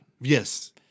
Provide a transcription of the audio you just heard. Yes